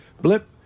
blip